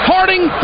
Harding